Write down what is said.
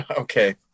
okay